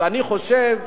אני חושב,